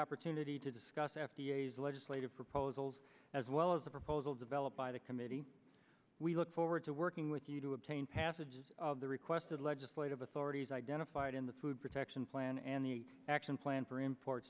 opportunity to discuss f d a as legislative proposals as well as the proposal developed by the committee we look forward to working with you to obtain passages of the requested legislative authorities identified in the food protection plan and the action plan for import